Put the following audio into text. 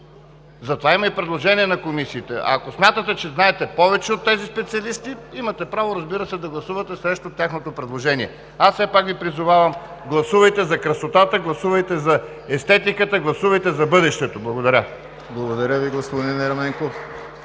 затова има и предложения на комисиите. Ако смятате, че знаете повече от тези специалисти, имате право, разбира се, да гласувате срещу тяхното предложение. Аз все пак Ви призовавам – гласувайте за красотата, гласувайте за естетиката, гласувайте за бъдещето! Благодаря. (Ръкопляскания от